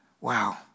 Wow